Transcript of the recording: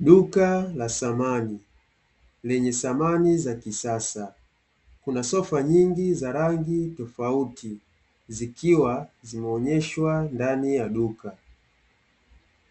Duka la thamani lenye thamani za kisasa, kuna sofa nyingi za rangi tofauti zikiwa zimeonyeshwa ndani ya duka.